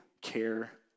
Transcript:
care